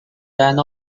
then